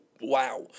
wow